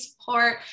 support